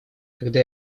когда